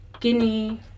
Guinea